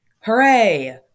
Hooray